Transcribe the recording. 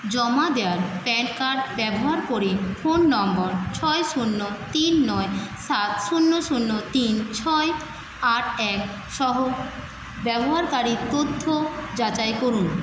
জমা দেওয়া PAN card ব্যবহার করে ফোন নম্বর ছয় শূন্য তিন নয় সাত শূন্য শূন্য তিন ছয় আট এক সহ ব্যবহারকারীর তথ্য যাচাই করুন